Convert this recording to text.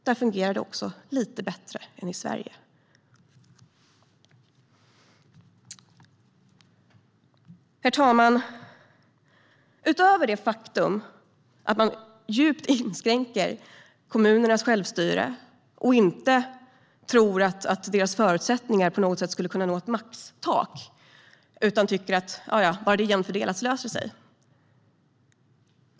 Där fungerar det också lite bättre än i Sverige. Herr talman! Man inskränker kommunernas självstyre djupt. Man tror inte att deras förutsättningar på något sätt skulle kunna nå ett maxtak utan hävdar att det löser sig bara det blir en jämn fördelning.